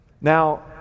Now